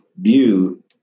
view